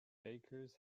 bakers